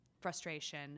frustration